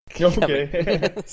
okay